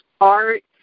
art